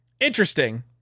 interesting